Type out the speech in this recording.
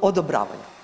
odobravaju?